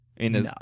No